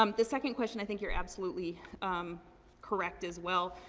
um the second question, i think you're absolutely correct as well.